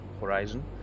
horizon